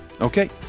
Okay